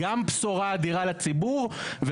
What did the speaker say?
גם בשורה אדירה לציבור,